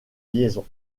liaison